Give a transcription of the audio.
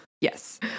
yes